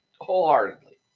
wholeheartedly